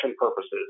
purposes